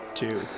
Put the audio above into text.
two